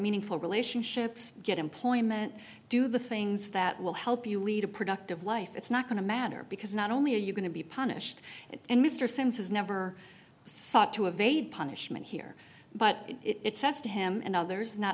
meaningful relationships get employment do the things that will help you lead a productive life it's not going to matter because not only are you going to be punished and mr simms has never sought to evade punishment here but it says to him and others not